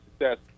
success